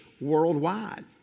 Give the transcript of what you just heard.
worldwide